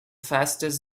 fastest